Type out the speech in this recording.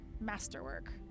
masterwork